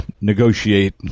negotiate